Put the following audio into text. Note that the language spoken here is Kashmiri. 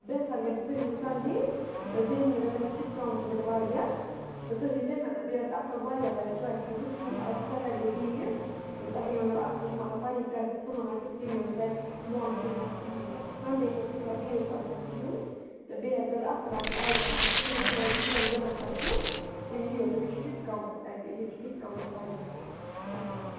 بہتَر گَژھِ تُہۍ یِیِو سَنٛڈیٚے تہٕ بیٚیہِ میلوٕ تۄہہِ تمہِ دۄہہ ڈِسکاوُنٛٹ تہِ میلہِ واریاہ تہٕ تُہۍ یِیِو تمے دۄہہ بیٚیہِ آسہِ اَصٕل واریاہ واریاہ چۄیسہٕ ہُتھٕ کنۍ آسہِ سیٚٹرڈیٚے بھیٖڈ تہٕ تۄہہِ ییٖوٕنہٕ اَصٕل مَطلَب پَنٕنہِ چۄیسہِ تُلُن آسہِ کِہیٖنٛۍ تۄہہِ موقعہٕ تُلنَس کِہیٖنٛۍ نہٕ سَنٛڈیٚے چھَنہٕ تۭژاہ بھیٖڈ تہِ آسان کِہیٖنٛۍ نہٕ تہٕ بیٚیہِ آسہِ تَتہِ اَصٕل اَصٕل اَیٹَم آسہِ تِم ییٖتیٛاہ یی تۄہہِ ضروٗرت آسٮ۪و تہِ یِیِو تہٕ بیٚیہِ چھُو ڈِسکاوُنٛٹ تہِ تتہِ ییٚتہِ چھُ ڈِسکاوُنٹ واریاہ اَصٕل